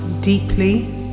deeply